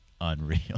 unreal